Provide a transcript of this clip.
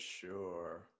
sure